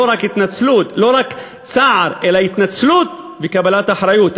לא רק צער אלא התנצלות וקבלת אחריות.